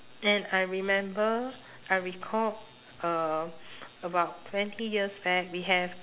and I remember I recalled um about twenty years back we have